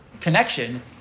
connection